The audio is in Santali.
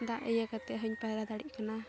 ᱫᱟᱜ ᱤᱭᱟᱹ ᱠᱟᱛᱮᱫ ᱦᱚᱧ ᱯᱟᱭᱨᱟ ᱫᱟᱲᱮᱜ ᱠᱟᱱᱟ